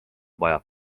vajab